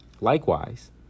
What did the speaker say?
Likewise